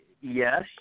yes